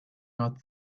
not